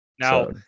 Now